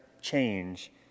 change